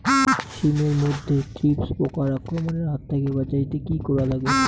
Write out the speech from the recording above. শিম এট মধ্যে থ্রিপ্স পোকার আক্রমণের হাত থাকি বাঁচাইতে কি করা লাগে?